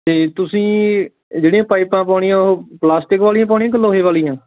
ਤੇ ਤੁਸੀਂ ਇਹ ਜਿਹੜੀਆਂ ਪਾਈਪਾਂ ਪਾਉਣੀਆਂ ਉਹ ਪਲਾਸਟਿਕ ਵਾਲੀਆਂ ਪਾਉਣੀਆਂ ਕਿ ਲੋਹੇ ਵਾਲੀਆਂ